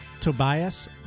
Tobias